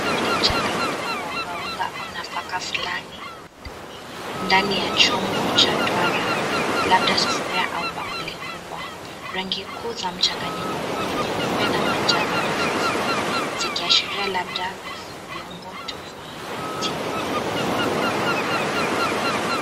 Huu ni mchanganyiko wa unga unga au nafaka fulani ndani cha chombo cha duara labda sufuria au bakuli kubwa rangi kuu za mchanganyiko huu ni nyeupe na manjano hafifu zikiashiria labda viungo tofauti.